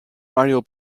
mario